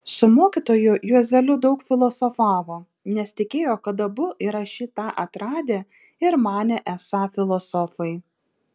su mokytoju juozeliu daug filosofavo nes tikėjo kad abu yra šį tą atradę ir manė esą filosofai